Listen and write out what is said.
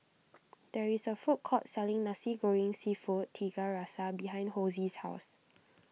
there is a food court selling Nasi Goreng Seafood Tiga Rasa behind Hosie's house